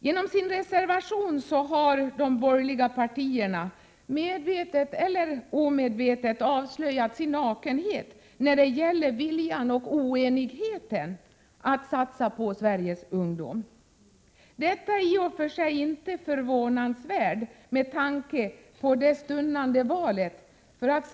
Genom sin reservation har de borgerliga partierna medvetet, eller omedvetet, avslöjat sin oenighet och sin nakenhet när det gäller viljan att satsa på Sveriges ungdom. Detta är i och för sig inte förvånansvärt med tanke på det stundande valet.